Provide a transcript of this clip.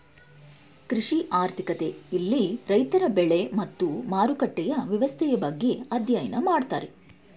ಕೃಷಿ ಆರ್ಥಿಕತೆ ಇಲ್ಲಿ ರೈತರ ಬೆಳೆ ಮತ್ತು ಮಾರುಕಟ್ಟೆಯ ವ್ಯವಸ್ಥೆಯ ಬಗ್ಗೆ ಅಧ್ಯಯನ ಮಾಡ್ತಾರೆ